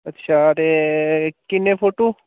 अच्छा ते किन्ने फोटू